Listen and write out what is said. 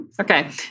okay